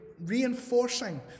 reinforcing